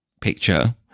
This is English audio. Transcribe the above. picture